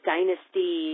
Dynasty